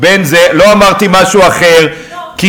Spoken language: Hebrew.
לא אמרתי משהו אחר, כי